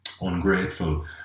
ungrateful